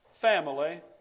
family